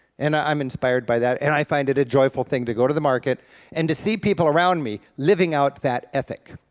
and i'm inspired by that, and i find it a joyful thing to go to the market and to see people around me living out that ethic.